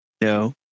No